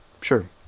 Sure